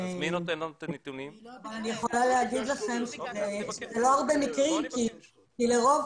אבל אני יכולה להגיד לכם שלא הרבה מקרים כי לרוב